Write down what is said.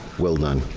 well done.